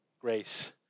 grace